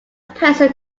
person